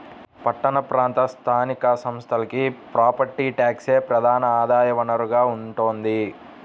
పట్టణ ప్రాంత స్థానిక సంస్థలకి ప్రాపర్టీ ట్యాక్సే ప్రధాన ఆదాయ వనరుగా ఉంటోంది